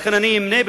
לכן אני אמנה,